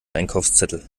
einkaufszettel